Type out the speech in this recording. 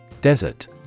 Desert